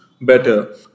Better